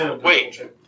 Wait